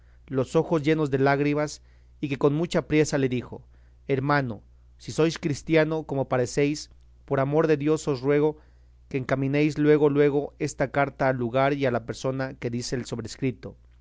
los ojos llenos de lágrimas y que con mucha priesa le dijo hermano si sois cristiano como parecéis por amor de dios os ruego que encaminéis luego luego esta carta al lugar y a la persona que dice el sobrescrito